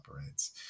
operates